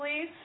please